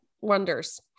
wonders